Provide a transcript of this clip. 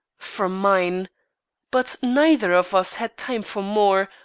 from mine but neither of us had time for more,